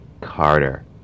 Carter